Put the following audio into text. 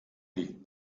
liegt